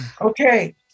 Okay